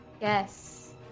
Yes